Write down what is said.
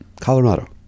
Colorado